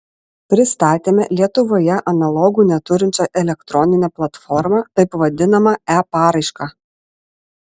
pristatėme lietuvoje analogų neturinčią elektroninę platformą taip vadinamą e paraišką